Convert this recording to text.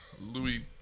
Louis